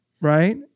right